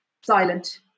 silent